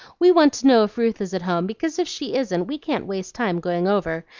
we want to know if ruth is at home, because if she isn't we can't waste time going over,